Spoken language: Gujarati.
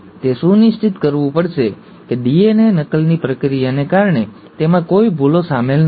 તે સુનિશ્ચિત કરવું પડશે કે ડીએનએ નકલની પ્રક્રિયાને કારણે તેમાં કોઈ ભૂલો શામેલ નથી